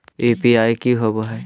UPI की होबो है?